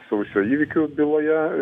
sausio įvykių byloje